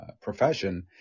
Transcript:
profession